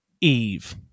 eve